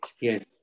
Yes